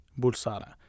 Bulsara